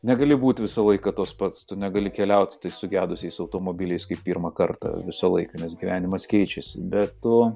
negali būti visą laiką tas pats tu negali keliauti tais sugedusiais automobiliais kaip pirmą kartą visą laiką nes gyvenimas keičiasi bet tu